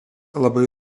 labai